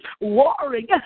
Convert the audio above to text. Warring